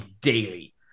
daily